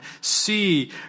see